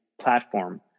platform